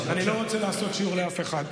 עכשיו הוא רוצה לתת לי שיעור על אחדות.